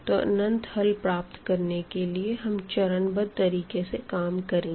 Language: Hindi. तो अनंत हल प्राप्त करने के लिए हम चरणबद्ध तरीके से काम करेंगे